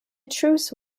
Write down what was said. truce